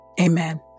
Amen